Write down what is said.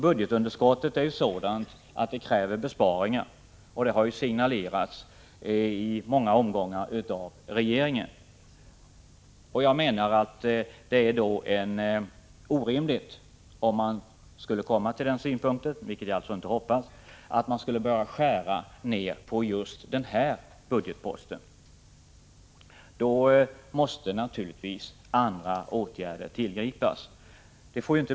Budgetunderskottet är sådant att det krävs besparingar, och sådana har i många omgångar signalerats av regeringen. Jag menar dock att det är orimligt att börja skära ned på denna budgetpost — och jag hoppas att regeringen aldrig kommer fram till den synpunkten. Om så skulle ske, måste naturligtvis andra åtgärder tillgripas.